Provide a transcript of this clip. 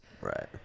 Right